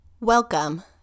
Welcome